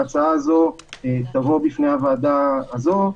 ההצעה הזו תבוא בפני הוועדה הזו,